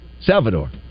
Salvador